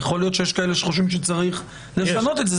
יכול להיות שיש כאלה שחושבים שצריך את זה,